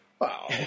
Wow